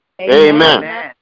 Amen